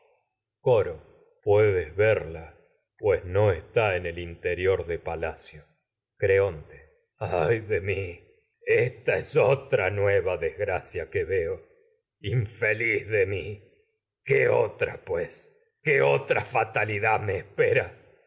coro puedes verla pues no está en el interior de palacio creonte cia ay de mí de esta es otranueva desgra que veo me infeliz mi qué en otra pues a qué hijo otra que fatalidad acaba espera